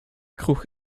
kroeg